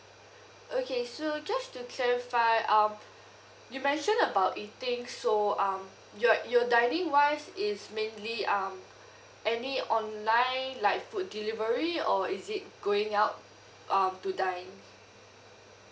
okay so just to clarify um you mention about eating so um you're your dining wise is mainly um any online like food delivery or is it going out um to dine